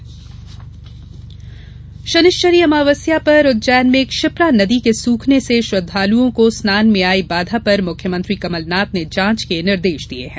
कमलनाथ क्षिप्रा शनिश्चरी अमावस्या पर उज्जैन में क्षिप्रा नदी के सूखने से श्रद्वालुओं को स्नान में आई बाधा पर मुख्यमंत्री कमलनाथ ने जांच के निर्देश दिये हैं